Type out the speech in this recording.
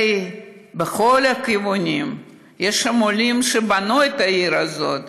הרי יש שם עולים שבנו את העיר הזאת,